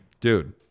Dude